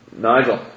Nigel